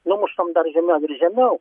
numušam dar žemiau ir žemiau